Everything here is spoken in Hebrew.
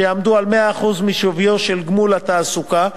שיעמדו על 100% השווי של גמול התעסוקה,